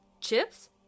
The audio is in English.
Chips